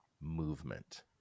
movement